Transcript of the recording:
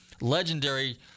legendary